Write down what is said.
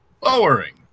lowering